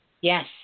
Yes